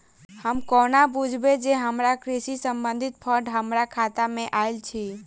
हम कोना बुझबै जे हमरा कृषि संबंधित फंड हम्मर खाता मे आइल अछि?